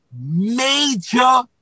major